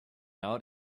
out